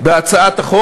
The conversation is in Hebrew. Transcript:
בהצעת החוק